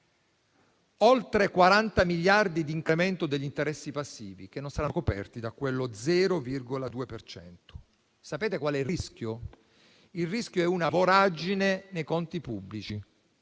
Oltre 40 miliardi di incremento degli interessi passivi che non saranno coperti da quello 0,2 per cento. Sapete qual è il rischio? Il rischio è una voragine nei conti pubblici.